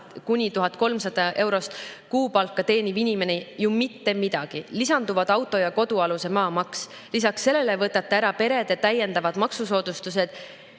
kuni 1300[‑]eurost kuupalka teeniv inimene ju mitte midagi. Lisanduvad auto‑ ja kodualuse maa maks. Lisaks sellele võtate ära perede täiendavad maksusoodustused